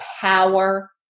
power